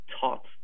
taught